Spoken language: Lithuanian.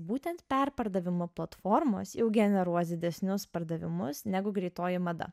būtent perpardavimo platformos jau generuos didesnius pardavimus negu greitoji mada